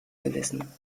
gewissen